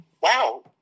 wow